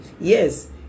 Yes